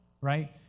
Right